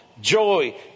joy